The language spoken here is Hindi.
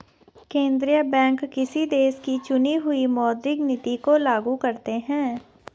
केंद्रीय बैंक किसी देश की चुनी हुई मौद्रिक नीति को लागू करते हैं